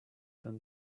than